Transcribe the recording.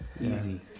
easy